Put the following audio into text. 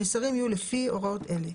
המסרים יהיו לפי הוראות אלה: